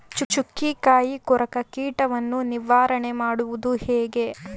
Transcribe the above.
ಚುಕ್ಕಿಕಾಯಿ ಕೊರಕ ಕೀಟವನ್ನು ನಿವಾರಣೆ ಮಾಡುವುದು ಹೇಗೆ?